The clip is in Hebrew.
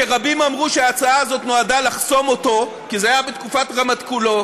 שרבים אמרו שההצעה הזאת נועדה לחסום אותו כי זה היה בתקופת רמטכ"לותו,